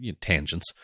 Tangents